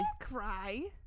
Cry